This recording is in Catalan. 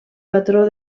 patró